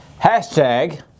hashtag